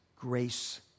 grace